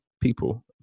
people